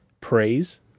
praise